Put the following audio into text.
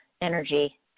energy